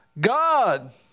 God